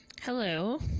Hello